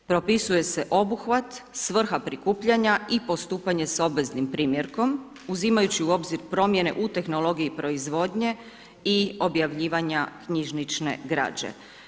Propisuje se obuhvat, svrha prikupljanja i postupanje s obveznim primjerkom uzimajući u obzir promjene u tehnologiji proizvodnje i objavljivanja knjižnične građe.